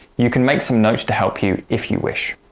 you can make some notes to help you if you wish.